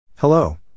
Hello